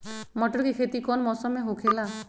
मटर के खेती कौन मौसम में होखेला?